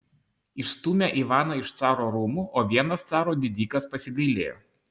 išstūmė ivaną iš caro rūmų o vienas caro didikas pasigailėjo